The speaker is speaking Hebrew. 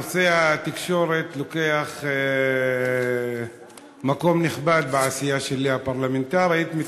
נושא התקשורת תופס מקום נכבד בעשייה הפרלמנטרית שלי,